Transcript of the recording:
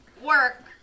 work